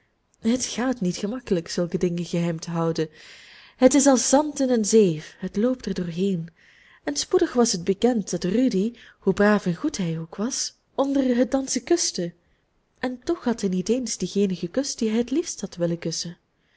het gaat niet gemakkelijk zulke dingen geheim te houden het is als zand in een zeef het loopt er doorheen en spoedig was het bekend dat rudy hoe braaf en goed hij ook was onder het dansen kuste en toch had hij niet eens diegene gekust die hij het liefst had willen kussen